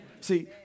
See